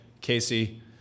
Casey